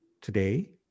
today